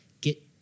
get